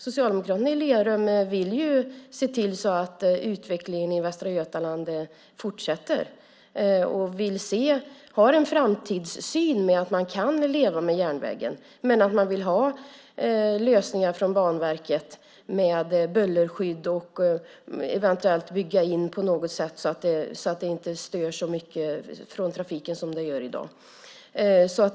Socialdemokraterna i Lerum vill se till att utvecklingen i Västra Götaland fortsätter och har en framtidssyn att man kan leva med järnvägen, men man vill ha lösningar från Banverket med bullerskydd och eventuell inbyggnad så att trafiken inte stör så mycket som i dag.